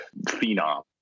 phenom